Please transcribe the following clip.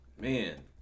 Man